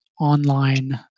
online